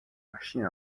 машин